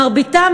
מרביתם,